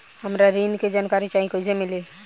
हमरा ऋण के जानकारी चाही कइसे मिली?